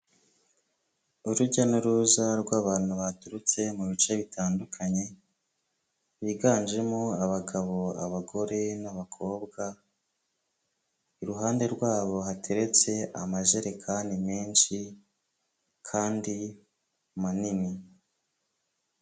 Urujya n'uruza rw'abantu baturutse mu bice bitandukanye biganjemo abagabo, abagore, n'abakobwa, iruhande rwabo hateretse amajerekani menshi kandi manini.